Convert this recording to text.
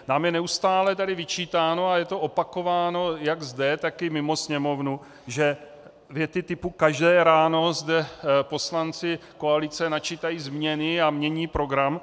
Nám je neustále vyčítáno a je to opakováno jak zde, tak i mimo Sněmovnu, věty typu: každé ráno zde poslanci koalice načítají změny a mění program.